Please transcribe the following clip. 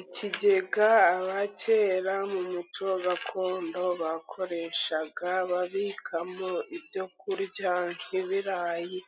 Ikigega abakera mu muco gakondo bakoreshaga, babikamo ibyo kurya nk'ibirayi,